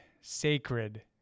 sacred